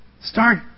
Start